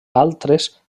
altres